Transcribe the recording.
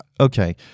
Okay